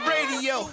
Radio